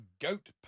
goat